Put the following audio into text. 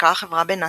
הונפקה החברה בנאסד"ק,